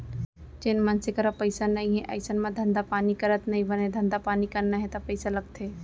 जेन मनसे करा पइसा नइ हे अइसन म धंधा पानी करत नइ बनय धंधा पानी करना हे ता पइसा लगथे